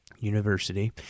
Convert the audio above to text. University